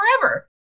forever